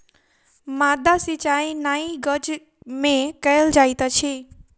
माद्दा सिचाई नाइ गज में कयल जाइत अछि